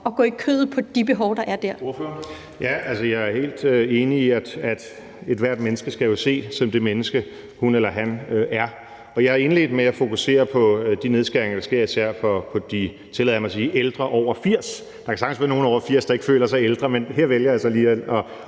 Hønge): Ordføreren. Kl. 15:52 Morten Messerschmidt (DF): Jeg er helt enig i, at ethvert menneske jo skal ses som det menneske, hun eller han er, og jeg har indledt med at fokusere på de nedskæringer, der sker, især i forhold til de, tillader jeg mig at sige, ældre over 80 år. Der kan sagtens være nogle over 80 år, der ikke føler sig som ældre, men her vælger jeg altså lige at